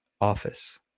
office